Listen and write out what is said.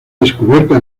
descubierta